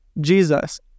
Jesus